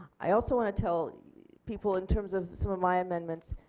i also want to tell people in terms of some of my amendments.